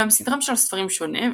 אולם סדרם של הספרים שונה,